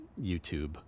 YouTube